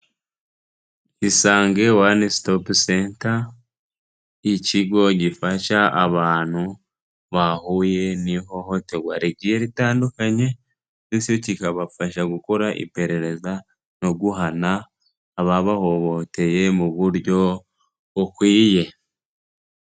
ISANGE One Stop Centre, ikigo gifasha abantu bahuye n'ihohoterwa rigiye ritandukanye, ndetse kikabafasha gukora iperereza no guhana ababahohoteye mu buryo bukwiye.